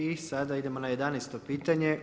I sada idemo na 11 pitanje.